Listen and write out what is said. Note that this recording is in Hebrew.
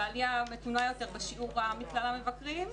ועלייה מתונה יותר מכלל המבקרים,